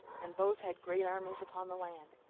and both had great armies upon the land.